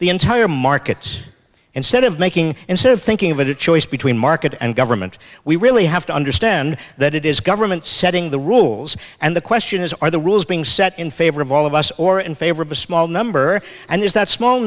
the entire markets instead of making instead of thinking of it choice between market and government we really have to understand that it is government setting the rules and the question is are the rules being set in favor of all of us or in favor of a small number and is that small